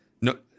no